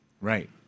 Right